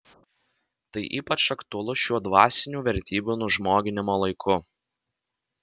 tai ypač aktualu šiuo dvasinių vertybių nužmoginimo laiku